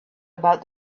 about